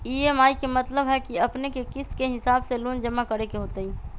EMI के मतलब है कि अपने के किस्त के हिसाब से लोन जमा करे के होतेई?